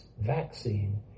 vaccine